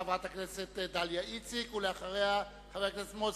חברת הכנסת דליה איציק, ואחריה, חבר הכנסת מוזס.